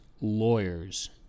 lawyers